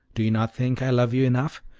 do you not think i love you enough?